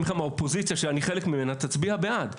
האופוזיציה, שאני חלק ממנה, תצביע בעד.